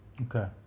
Okay